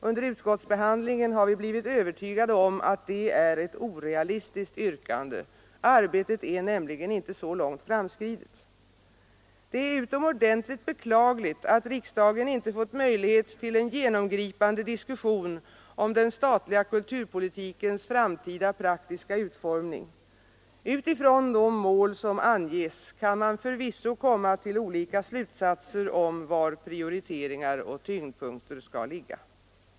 Under utskottsbehandlingen har vi blivit övertygade om att detta är ett orealistiskt yrkande — arbetet är nämligen inte så långt framskridet. Det är utomordentligt beklagligt att riksdagen inte fått möjlighet till en genomgripande diskussion om den statliga kulturpolitikens framtida praktiska utformning — utifrån de mål som anges kan man förvisso komma till olika slutsatser om var prioriteringar och tyngdpunkter skall ligga.